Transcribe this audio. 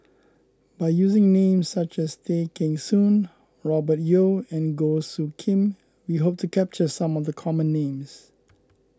by using names such as Tay Kheng Soon Robert Yeo and Goh Soo Khim we hope to capture some of the common names